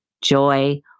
joy